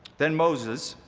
then moses,